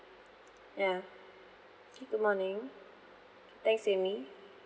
ya good morning thanks amy